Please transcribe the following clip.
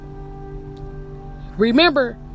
Remember